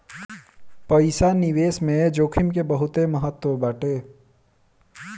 पईसा निवेश में जोखिम के बहुते महत्व बाटे